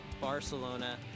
Barcelona